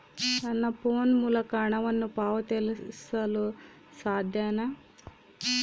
ನನ್ನ ಫೋನ್ ಮೂಲಕ ಹಣವನ್ನು ಪಾವತಿಸಲು ಸಾಧ್ಯನಾ?